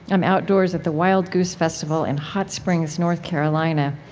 i'm outdoors at the wild goose festival in hot springs, north carolina.